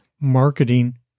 marketing